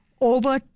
over